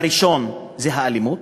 הראשון זה האלימות,